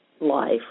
life